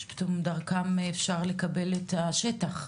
שדרכם אפשר לקבל את השטח,